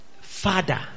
father